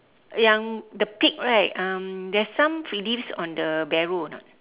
yang the pig right um there's some leaves on the barrow a not